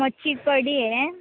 मच्छी कढी आहे